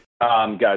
Guys